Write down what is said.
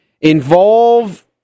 involve